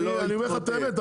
אני אומר לך את האמת,